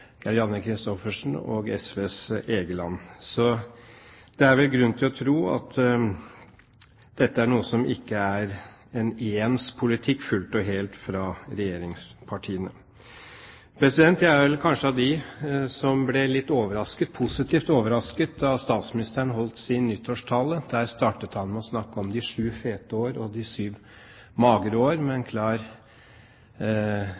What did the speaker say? Janne Kristoffersen, og SVs Egeland. Så det er vel grunn til å tro at dette er noe som ikke fullt og helt er en ens politikk fra regjeringspartiene. Jeg er kanskje av dem som ble litt positivt overrasket da statsministeren holdt sin nyttårstale, der han startet med å snakke om de sju fete år og de sju magre år, med en